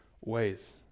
ways